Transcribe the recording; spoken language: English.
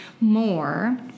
more